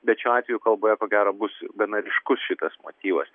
bet šiuo atveju kalboje ko gero bus gana ryškus šitas motyvas